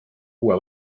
uue